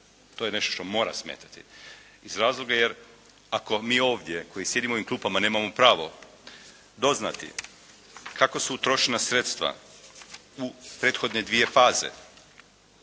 To je nešto što mora smetati iz razloga jer ako mi ovdje koji sjedimo u ovim klupama nemamo pravo doznati kako su utrošena sredstva u prethodne dvije faze